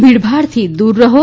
ભીડભાડ થી દૂર રહો